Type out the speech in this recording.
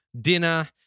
dinner